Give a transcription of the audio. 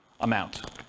amount